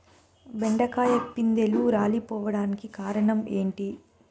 బెండకాయ పిందెలు రాలిపోవడానికి కారణం ఏంటి?